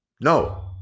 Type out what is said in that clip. No